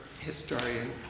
historian